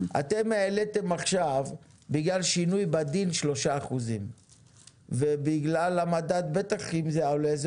אתם העליתם עכשיו בגלל שינוי בדין ב-3% ובגלל המדד בטח אם זה עולה,